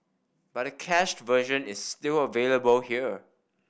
but a cached version is still available here